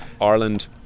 ireland